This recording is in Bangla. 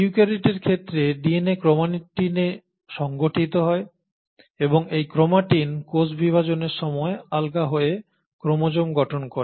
ইউক্যারিওটের ক্ষেত্রে ডিএনএ ক্রোমাটিনে সংগঠিত হয় এবং এই ক্রোমাটিন কোষ বিভাজনের সময় আলগা হয়ে ক্রোমোজোম গঠন করে